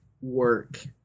work